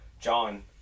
John